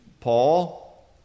Paul